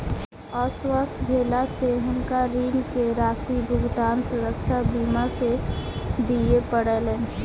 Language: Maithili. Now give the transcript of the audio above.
अस्वस्थ भेला से हुनका ऋण के राशि भुगतान सुरक्षा बीमा से दिय पड़लैन